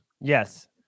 Yes